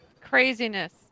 Craziness